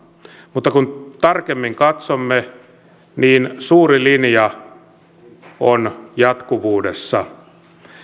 mutta kun tarkemmin katsomme niin suuri linja on jatkuvuudessa